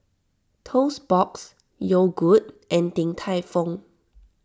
Toast Box Yogood and Din Tai Fung